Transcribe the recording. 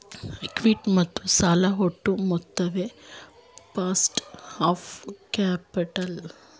equity ಮತ್ತು ಸಾಲದ ಒಟ್ಟು ಮೊತ್ತವೇ ಕಾಸ್ಟ್ ಆಫ್ ಕ್ಯಾಪಿಟಲ್